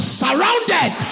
surrounded